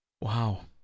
Wow